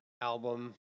album